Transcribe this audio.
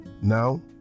Now